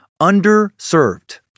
underserved